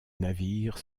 navire